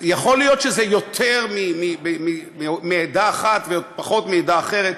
יכול להיות שזה יותר מעדה אחת ופחות מעדה אחרת,